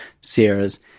Sierras